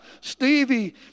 Stevie